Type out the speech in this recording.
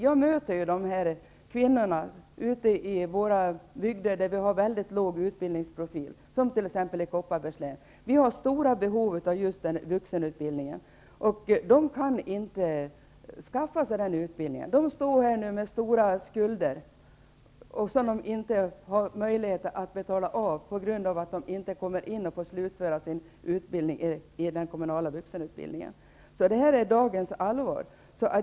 Jag möter kvinnorna ute i våra bygder som har mycket låg utbildningsprofil, t.ex. i Kopparbergs län. Vi har stora behov av just vuxenutbildningen. Dessa kvinnor kan inte skaffa sig sådan utbildning. De har stora skulder som de inte har möjlighet att betala av på grund av att de inte kommer in och får slutföra sin utbildning inom den kommunala vuxenutbildningen. Det här är dagens allvar.